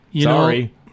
Sorry